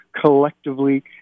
collectively